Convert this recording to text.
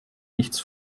nichts